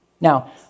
Now